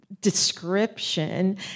description